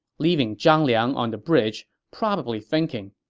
leaving zhang liang on the bridge, probably thinking,